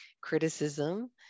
criticism